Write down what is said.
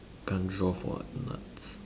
can't draw for what nuts